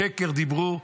שקר דיברו.